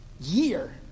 year